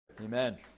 Amen